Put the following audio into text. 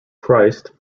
christ